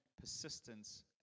persistence